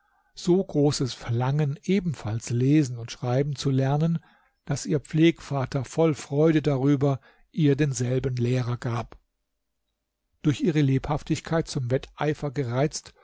so großes verlangen ebenfalls lesen und schreiben zu lernen daß ihr pflegvater voll freude darüber ihr denselben lehrer gab durch ihre lebhaftigkeit zum wetteifer gereizt